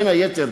בין היתר,